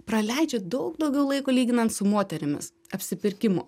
praleidžia daug daugiau laiko lyginant su moterimis apsipirkimo